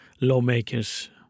lawmakers